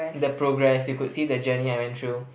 the progress you could see the journey I went through